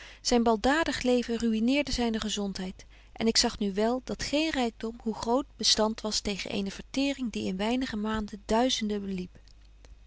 zyn baldadig leven ruïneerde zyne gezontheid en ik zag nu wél dat geen rykdom hoe groot bestant was tegen eene verteering die in weinige maanden duizenden beliep